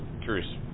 curious